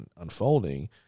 unfolding